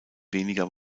weniger